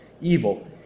evil